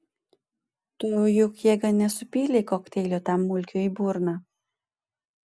tu juk jėga nesupylei kokteilio tam mulkiui į burną